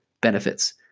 benefits